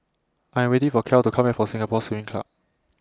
I Am waiting For Kiel to Come Back from Singapore Swimming Club